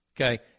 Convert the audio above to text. okay